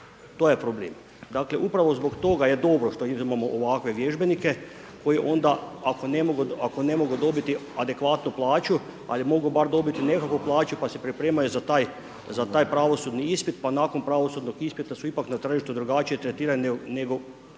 To je problem, dakle upravo zbog toga je dobro što imamo ovakve vježbenike koji onda ako ne mogu, ako ne mogu dobiti adekvatnu plaću, ali mogu bar dobiti nekakvu plaću pa se pripremaju za taj, za taj pravosudni ispit, pa nakon pravosudnog ispita su ipak na tržištu drugačije tretirani nego